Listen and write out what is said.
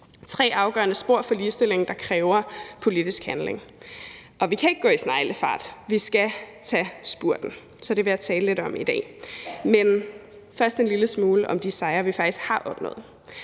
tre afgørende spor for ligestillingen, der kræver politisk handling, og vi kan ikke gå i sneglefart, men vi skal tage spurten. Så det vil jeg tale lidt om i dag. Men først en lille smule om de sejre, vi faktisk har opnået.